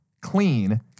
Clean